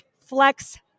Flex